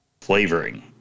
flavoring